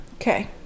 Okay